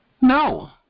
No